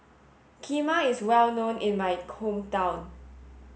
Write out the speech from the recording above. Kheema is well known in my hometown